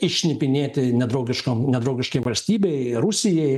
iššnipinėti nedraugiškam nedraugiškai valstybei rusijai